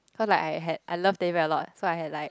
cause like I had I love Teddy Bear a lot so I had like